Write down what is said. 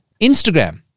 Instagram